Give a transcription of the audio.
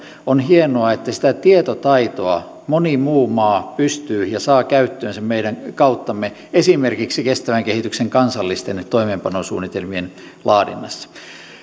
on hienoa että sitä tietotaitoa moni muu maa pystyy käyttämään ja saa käyttöönsä meidän kauttamme esimerkiksi kestävän kehityksen kansallisten toimeenpanosuunnitelmien laadinnassa